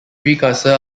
precursor